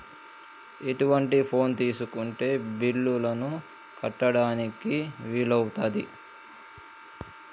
ఎటువంటి ఫోన్ తీసుకుంటే బిల్లులను కట్టడానికి వీలవుతది?